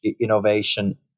innovation